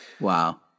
Wow